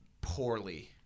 poorly